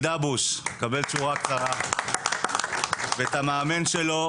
דבוש לקבל תשואה קצרה ואת המאמן שלו.